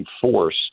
force